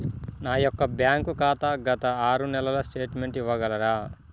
నా యొక్క బ్యాంక్ ఖాతా గత ఆరు నెలల స్టేట్మెంట్ ఇవ్వగలరా?